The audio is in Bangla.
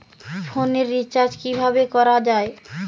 ফোনের রিচার্জ কিভাবে করা যায়?